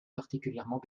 particulièrement